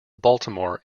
baltimore